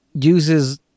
uses